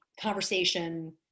conversation